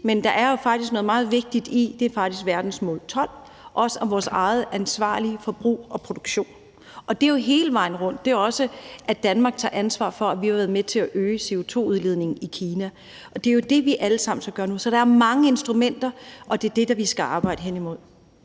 men der er jo faktisk noget meget vigtigt i – det er verdensmål 12 – at se på også vores eget ansvarlige forbrug og produktion. Det er jo hele vejen rundt. Det er også, at Danmark tager ansvar for, at vi har været med til at øge CO2-udledningen i Kina. Det er jo det, vi alle sammen skal gøre nu. Så der er mange instrumenter, og det er det, vi skal arbejde hen imod.